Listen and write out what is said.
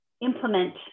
implement